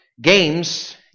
Games